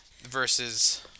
versus